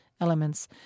elements